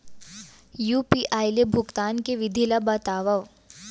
UPI ले भुगतान के विधि ला बतावव